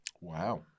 wow